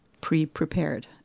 pre-prepared